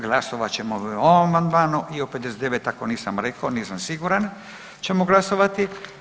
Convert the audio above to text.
Glasovat ćemo o ovom amandmanu i o 59. ako nisam rekao, nisam siguran ćemo glasovati.